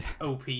OP